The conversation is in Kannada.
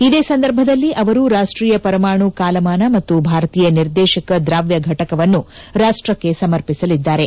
ಇದೇ ಸಂದರ್ಭದಲ್ಲಿ ಅವರು ರಾಷ್ಟೀಯ ಪರಮಾಣು ಕಾಲಮಾನ ಮತ್ತು ಭಾರತೀಯ ನಿರ್ದೇಶಕ ದ್ರಾವ್ಯ ಫಟಕವನ್ನು ರಾಷ್ಟಕ್ಕೆ ಸಮರ್ಪಿಸಲಿದ್ದಾರೆ